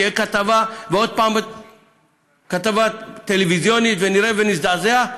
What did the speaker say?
תהיה כתבה ועוד פעם כתבה טלוויזיונית ונראה ונזדעזע?